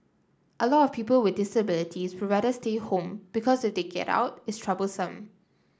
a lot of people with disabilities rather stay home because they get out it's troublesome